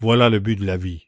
voilà le but de la vie